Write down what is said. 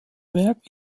werk